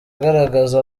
agaragaza